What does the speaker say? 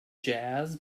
jazz